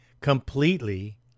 completely